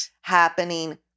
happening